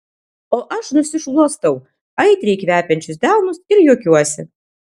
o aš nusišluostau aitriai kvepiančius delnus ir juokiuosi